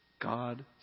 God